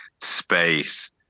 space